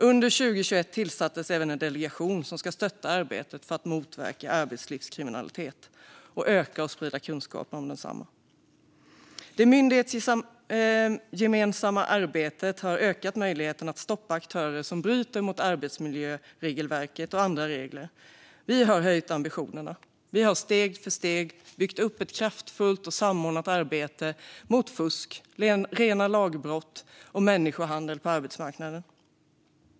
Under 2021 tillsattes även en delegation som ska stötta arbetet för att motverka arbetslivskriminalitet samt öka och sprida kunskap om densamma. Det myndighetsgemensamma arbetet har ökat möjligheten att stoppa aktörer som bryter mot arbetsmiljöregelverket och andra regler. Vi har höjt ambitionerna och steg för steg byggt upp ett kraftfullt och samordnat arbete mot fusk, rena lagbrott och människohandel på arbetsmarknaden.